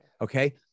Okay